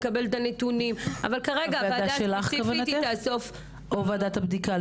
לקבל נתונים --- את מתכוונת לוועדה שלך או ועדת הבדיקה?